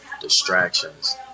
distractions